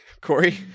Corey